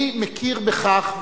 אני מכיר בכך,